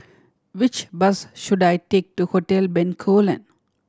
which bus should I take to Hotel Bencoolen